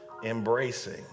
Embracing